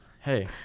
Hey